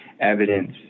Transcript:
evidence